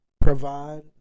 provide